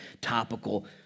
topical